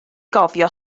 gofio